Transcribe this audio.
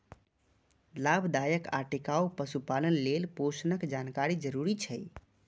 लाभदायक आ टिकाउ पशुपालन लेल पोषणक जानकारी जरूरी छै